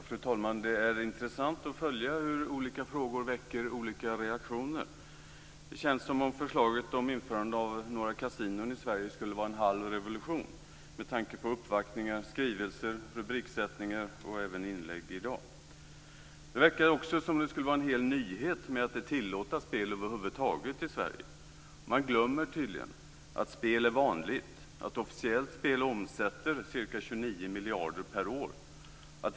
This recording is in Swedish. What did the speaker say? Fru talman! Det är intressant att följa hur olika frågor väcker olika reaktioner. Det känns som om förslaget att införa några kasinon i Sverige skulle vara en halv revolution, med tanke på uppvaktningar, skrivelser, rubriksättningar och även inlägg i dag. Det verkar också som om det skulle vara en hel nyhet med att över huvud taget tillåta spel i Sverige. Man glömmer tydligen att spel är vanligt. Officiellt spel omsätter ca 29 miljarder kronor per år.